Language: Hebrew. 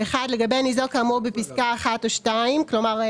לגבי ניזוק כאמור בפסקה (1) או (2) כלומר,